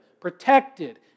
Protected